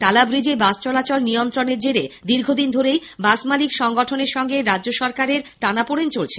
টালা ব্রিজে বাস চলাচল নিয়ন্ত্রণের জেরে দীর্ঘদিন ধরেই বাস মালিক সংগঠনের সঙ্গে রাজ্য সরকারের টানাপোড়েন চলছে